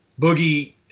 Boogie